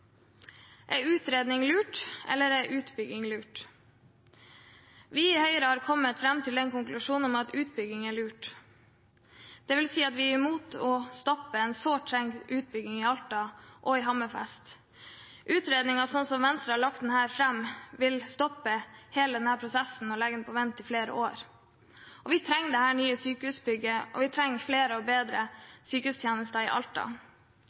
Er utredning lurt, eller er utbygging lurt? Vi i Høyre har kommet fram til den konklusjonen at utbygging er lurt, dvs. at vi er imot å stoppe en sårt tiltrengt utbygging i Alta og Hammerfest. Utredningen vil, slik Venstre har lagt den fram her, stoppe hele denne prosessen og sette den på vent i flere år. Vi trenger dette nye sykehusbygget, og vi trenger flere og bedre sykehustjenester i Alta.